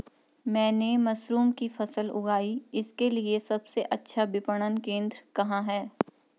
मैंने मशरूम की फसल उगाई इसके लिये सबसे अच्छा विपणन केंद्र कहाँ है?